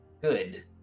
good